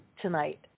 tonight